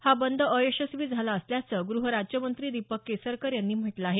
हा बंद अयशस्वी झाला असल्याचं गृह राज्यमंत्री दीपक केसरकर यांनी म्हटलं आहे